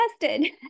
tested